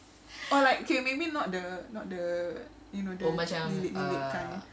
or like maybe not the not the you know the nenek-nenek kind